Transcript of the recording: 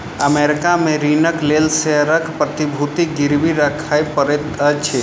America में ऋणक लेल शेयरक प्रतिभूति गिरवी राखय पड़ैत अछि